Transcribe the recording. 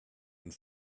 and